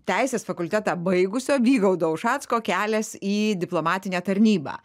teisės fakultetą baigusio vygaudo ušacko kelias į diplomatinę tarnybą